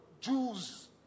Jews